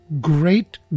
great